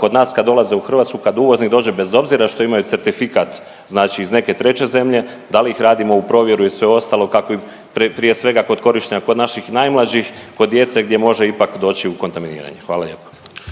kod nas, kad dolaze u Hrvatsku, kad uvoznik dođe, bez obzira što imaju certifikat znači iz neke treće zemlje, da li ih radimo u provjeru i sve ostalo, kako prije svega, kod korištenja naših najmlađih, kod djece, gdje može ipak doći u kontaminiranje? Hvala lijepo.